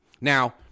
now